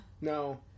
No